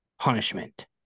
Punishment